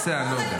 --- אתה לא יודע.